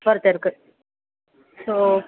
ஒருத்தருக்கு ஸோ